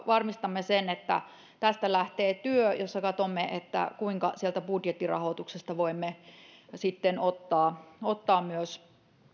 varmistamme sen että tästä lähtee työ jossa katsomme kuinka sieltä budjettirahoituksesta voimme sitten ottaa ottaa myös